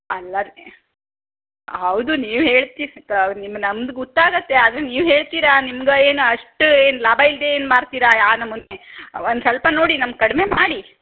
ಅಲ್ಲಾರಿ ಹೌದು ನೀವು ಹೇಳ್ತೀರಿ ನಿಮ್ಮ ನಮ್ಮ ಗೊತ್ತಾಗತ್ತೆ ಅದು ನೀವು ಹೇಳ್ತೀರ ನಿಮ್ಗೆ ಏನು ಅಷ್ಟು ಏನು ಲಾಭ ಇಲ್ಲದೇ ಏನು ಮಾರ್ತೀರಾ ಒಂದು ಸ್ವಲ್ಪ ನೋಡಿ ನಮ್ಮ ಕಡಿಮೆ ಮಾಡಿ